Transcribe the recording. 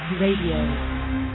Radio